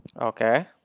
Okay